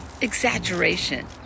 exaggeration